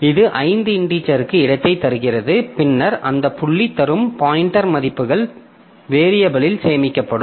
இது 5 இன்டிஜெருக்கு இடத்தைத் தருகிறது பின்னர் அந்த புள்ளி தரும் பாய்ண்டர் மதிப்புகள் வேரியபிலில் சேமிக்கப்படும்